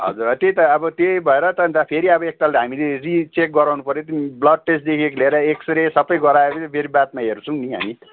हजर त्यही त अब त्यही भएर त अन्त फेरि अब एकताल हामीले रिचेक गराउनु पऱ्यो ब्लड टेस्टदेखिको लिएर एक्स्रे सबै गराएर फेरि बादमा हेर्छौँ नि हामी